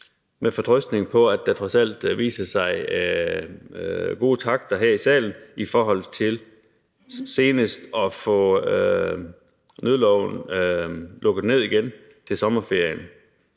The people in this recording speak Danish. med fortrøstning på, at der trods alt viser sig gode takter her i salen, i forhold til at nødloven senest skal lukkes ned igen til sommerferien.